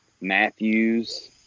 Matthews